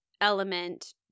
element